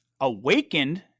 awakened